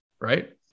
right